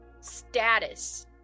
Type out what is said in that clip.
status